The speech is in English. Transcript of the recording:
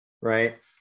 Right